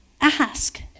Ask